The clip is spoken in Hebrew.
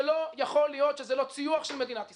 זה לא יכול להיות שזה לא ציו"ח של מדינת ישראל,